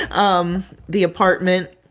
and um the apartment,